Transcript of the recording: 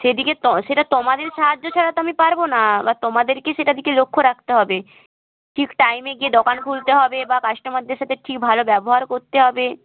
সেদিকে ত সেটা তোমাদের সাহায্য ছাড়া তো আমি পারবো না বা তোমাদেরকে সেটার দিকে লক্ষ্য রাখতে হবে ঠিক টাইমে গিয়ে দোকান খুলতে হবে বা কাস্টোমারদের সাথে ঠিক ভালো ব্যবহার করতে হবে